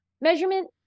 measurement